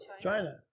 China